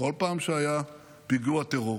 כל פעם שהיה פיגוע טרור,